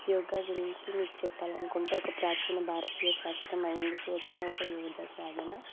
యోగా గురించి మీకు చెప్పాలనుకుంటే ఒక ప్రాచీన భారతీయ శాస్త్రం అయినందుకు వచ్చిన ఒక యోగా సాధన